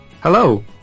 hello